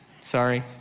sorry